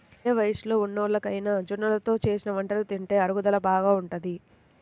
ఏ వయస్సులో ఉన్నోల్లకైనా జొన్నలతో చేసిన వంటలు తింటే అరుగుదల బాగా ఉంటది